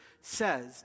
says